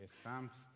stamps